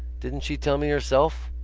didn't she tell me herself?